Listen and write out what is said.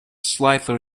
slightly